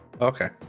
Okay